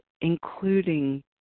including